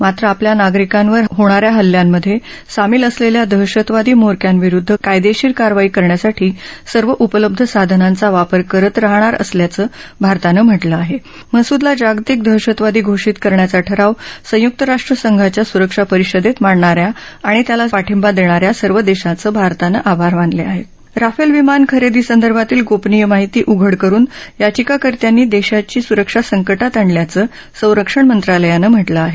मात्र आपल्या नागरिकांवर होणाऱ्या हल्ल्यांमध ज्ञामील असलब्धा दहशतवादी म्होरक्यांविरुद्ध कायदधीर कारवाई करण्यासाठी सर्व उपलब्ध साधनांचा वापर करत राहणार असल्याचं भारतानं म्हटलं आह असूदला जागतिक दहशतवादी घोषित करण्याचा ठराव संयुक्त राष्ट्र संघाच्या सुरक्षा परिषददी मांडणाऱ्या आणि त्याला पाठिंबा दध्यिऱ्या सर्व दश्येच्यिरतानं आभार मानलेआहती राफले विमान खरद्दी संदर्भातली गोपनीय माहिती उघड करून याचिकाकर्त्यांनी दद्यांची सुरक्षा संकटात आणल्याचं संरक्षण मंत्रालयानं म्हटलं आह